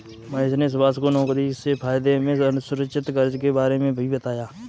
महेश ने सुभाष को नौकरी से फायदे में असुरक्षित कर्ज के बारे में भी बताया